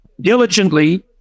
diligently